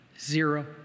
zero